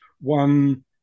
One